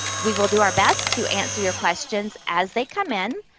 we will do our best to answer your questions as they come in.